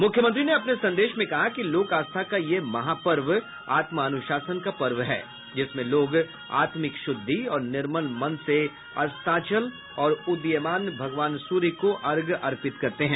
मुख्यमंत्री ने अपने संदेश में कहा कि लोक आस्था का यह महापर्व आत्मानुशासन का पर्व है जिसमें लोग आत्मिक शुद्धि और निर्मल मन से अस्ताचल और उदीयमान भगवान सूर्य को अर्घ्य अर्पित करते हैं